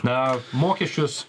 na mokesčius